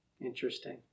Interesting